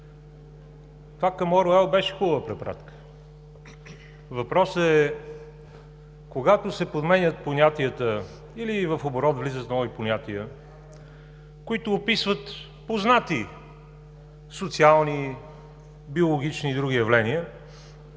към Оруел беше хубава. Въпросът е, че когато се подменят понятията или в оборот влизат нови понятия, които описват познати социални, биологични и други явления,